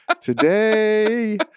Today